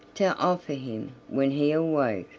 to offer him, when he awoke,